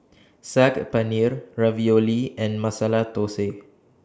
Saag Paneer Ravioli and Masala Dosa